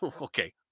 Okay